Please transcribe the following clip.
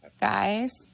guys